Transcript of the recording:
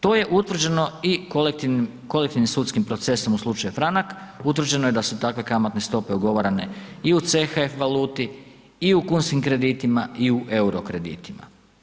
To je utvrđeno i kolektivnim, kolektivnim procesom u slučaju Franak, utvrđeno je da su takve kamatne stope ugovarane i u CHF valuti i u kunskim kreditima i u EUR-o kreditima.